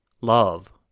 Love